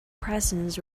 presence